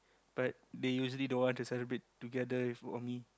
but they usually don't want to celebrate together with or me